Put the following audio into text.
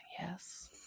yes